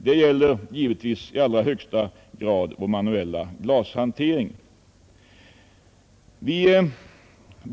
Detta gäller givetvis i högsta grad den manuella glashanteringen.